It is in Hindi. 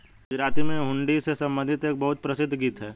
गुजराती में हुंडी से संबंधित एक बहुत प्रसिद्ध गीत हैं